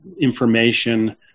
information